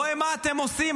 רואה מה אתם עושים.